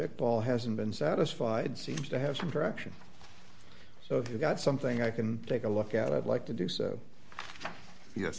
it all hasn't been satisfied seems to have some direction so you've got something i can take a look at i'd like to do so yes